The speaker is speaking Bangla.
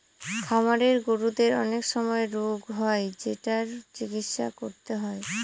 খামারের গরুদের অনেক সময় রোগ হয় যেটার চিকিৎসা করতে হয়